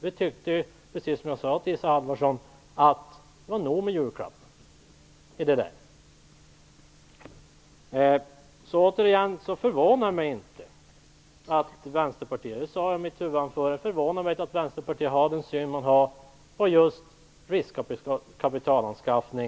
Vi tyckte, som jag sade till Som jag sade i mitt huvudanförande förvånar det mig inte att Vänsterpartiet har den syn som det har på riskkapitalanskaffning, som en form av spekulation.